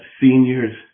seniors